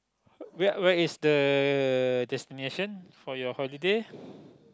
where where is the destination for your holiday